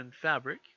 fabric